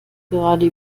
gerade